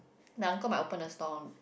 my uncle might open a store